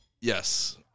Yes